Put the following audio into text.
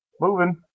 Moving